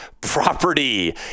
property